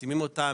משימים אותם,